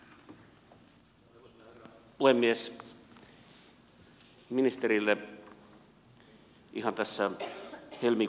arvoisa herra puhemies